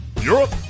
Europe